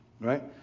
Right